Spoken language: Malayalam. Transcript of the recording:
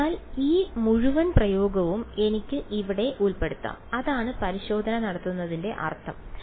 അതിനാൽ ഈ മുഴുവൻ പ്രയോഗവും എനിക്ക് ഇവിടെ ഉൾപ്പെടുത്താം അതാണ് പരിശോധന നടത്തുന്നതിന്റെ അർത്ഥം